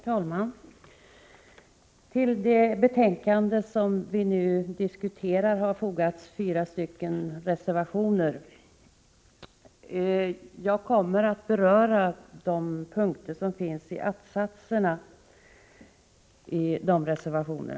Herr talman! Till det betänkande som vi nu diskuterar har fogats fyra reservationer. Jag kommer att beröra de punkter som tas upp i att-satserna i dessa reservationer.